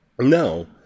No